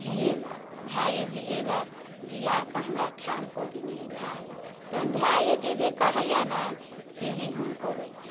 जीएलक भाये जीएलक जिआ कऽ हमरा ठाढ़ कऽ देने अइ भाये तहन भाये जे जे कहैत अइ ने सेहे हम करैत छी